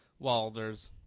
Walders